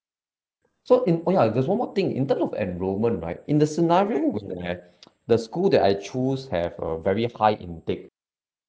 so in ya there's one more thing in terms of enrollment right in the scenario that the school that I choose have a very high intake